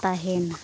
ᱛᱟᱦᱮᱱᱟ